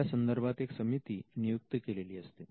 त्या संदर्भात एक समिती नियुक्त केलेली असते